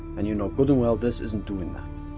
and you know good and well this isn't doing that.